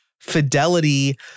fidelity